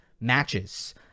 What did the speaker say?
matches